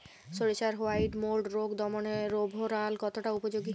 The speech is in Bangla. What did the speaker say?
সরিষার হোয়াইট মোল্ড রোগ দমনে রোভরাল কতটা উপযোগী?